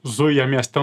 zuja mieste